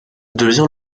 devient